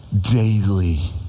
Daily